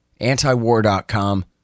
antiwar.com